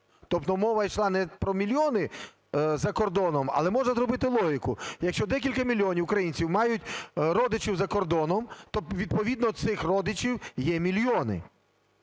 Тобто мова йшла не про мільйони за кордоном, але можна зробити логіку: якщо декілька мільйонів українців мають родичів за кордоном, то відповідно цих родичів є мільйони.